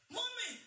Mommy